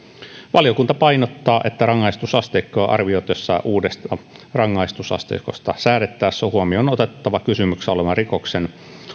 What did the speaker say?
valiokunta painottaa että rangaistusasteikkoa arvioitaessa ja uudesta rangaistusasteikosta säädettäessä on huomioon otettava kysymyksessä olevan rikoksen